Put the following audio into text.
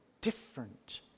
different